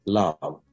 love